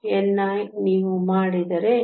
ni ನೀವು ಮಾಡಿದರೆ ಅದು 2